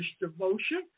devotion